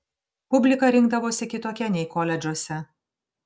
publika rinkdavosi kitokia nei koledžuose